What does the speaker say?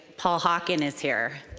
paul hawken is here.